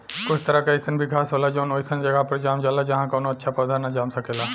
कुछ तरह के अईसन भी घास होला जवन ओइसन जगह पर जाम जाला जाहा कवनो अच्छा पौधा ना जाम सकेला